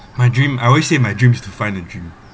my dream I always say my dream is to find a dream